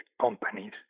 companies